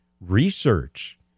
Research